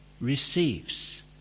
receives